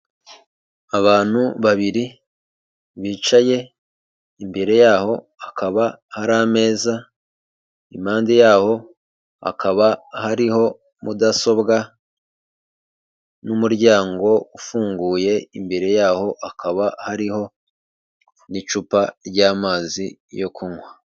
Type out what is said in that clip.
Abantu babiri bicaye, imbere yaho hakaba hari ameza. Impande yaho hakaba hariho mudasobwa n'umuryango ufunguye imbere yaho hakaba hariho n'icupa ry'amazi yo kunywa.